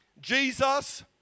Jesus